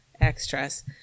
extras